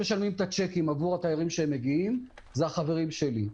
שמי שמשלמים את השיקים עבור התיירים שמגיעים זה החברים שלי.